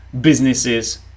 businesses